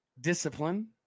Discipline